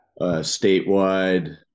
statewide